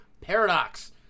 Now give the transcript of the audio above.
Paradox